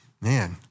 man